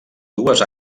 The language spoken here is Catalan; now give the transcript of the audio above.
dues